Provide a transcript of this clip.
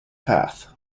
path